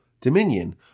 dominion